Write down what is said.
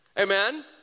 Amen